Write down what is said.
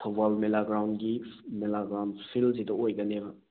ꯊꯧꯕꯥꯜ ꯃꯦꯂꯥꯒ꯭ꯔꯥꯎꯟꯒꯤ ꯃꯦꯂꯥꯒ꯭ꯔꯥꯎꯟ ꯐꯤꯜꯁꯤꯗ ꯑꯣꯏꯒꯅꯦꯕ